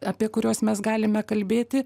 apie kuriuos mes galime kalbėti